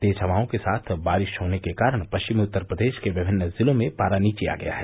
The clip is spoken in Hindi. तेज हवाओं के साथ बारिश होने के कारण पश्चिमी उत्तर प्रदेश के विभिन्न जिलों में पारा नीचे आ गया है